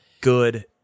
good